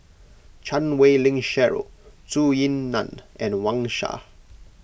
Chan Wei Ling Cheryl Zhou Ying Nan and Wang Sha